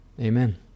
Amen